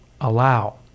allow